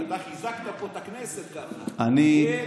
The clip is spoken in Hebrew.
אתה חיזקת פה את הכנסת ככה, כן,